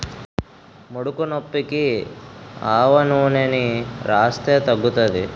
ముడుకునొప్పికి ఆవనూనెని రాస్తే తగ్గుతాది